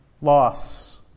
loss